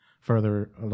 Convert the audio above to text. further